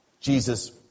Jesus